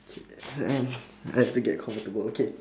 okay I I have to get comfortable okay